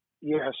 Yes